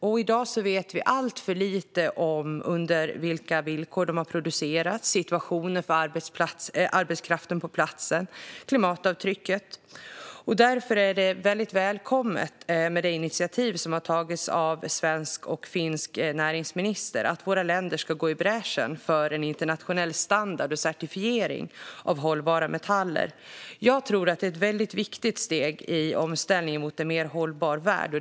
I dag vet vi alltför lite om vilka villkor de har producerats under, situationen för arbetskraften på platsen och klimatavtrycket. Därför är det initiativ som de svenska och finska näringsministrarna har tagit väldigt välkommet. Det handlar om att våra länder ska gå i bräschen för en internationell standard och certifiering av hållbara metaller. Jag tror att det är ett viktigt steg i omställningen mot en mer hållbar värld.